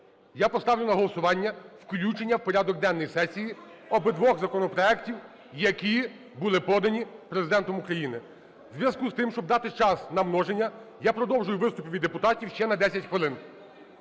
я поставлю на голосування включення у порядок денний сесії обидвох законопроектів, які були подані Президентом України. У зв'язку з тим, щоб дати час на множення, я продовжую виступи від депутатів на 10 хвилин.